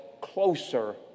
closer